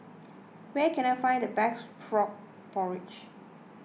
where can I find the best Frog Porridge